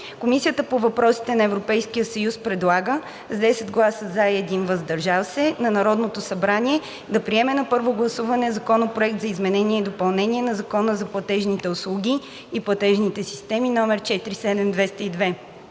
Комисията по въпросите на Европейския съюз предлага с 10 гласа „за“ и 1 „въздържал се“ на Народното събрание да приеме на първо гласуване Законопроект за изменение и допълнение на Закона за платежните услуги и платежните системи, №